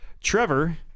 Trevor